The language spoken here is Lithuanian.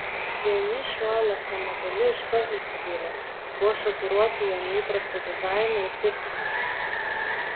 vieni šiuo elektromobiliu iškart nusivylė buvo šokiruoti jo neįprastu dizainu ir piktinosi